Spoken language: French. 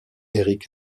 erik